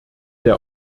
der